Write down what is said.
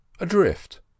adrift